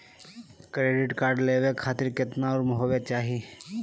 Credit card लेवे खातीर कतना उम्र होवे चाही?